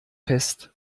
fest